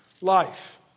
life